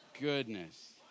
goodness